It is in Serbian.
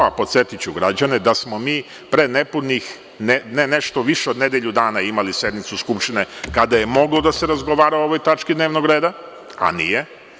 Podsetiću građane da smo mi pre nepunih ne nešto više od nedelju dana imali sednicu Skupštine kada je moglo da se razgovara o ovoj tački dnevnog reda, a nije.